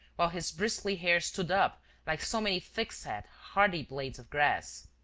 while his bristly hair stood up like so many thick-set, hardy blades of grass.